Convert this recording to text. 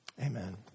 Amen